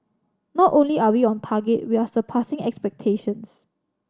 not only are we on target we are surpassing expectations